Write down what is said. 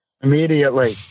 immediately